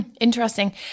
Interesting